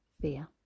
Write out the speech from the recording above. fear